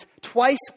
twice